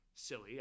Silly